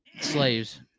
slaves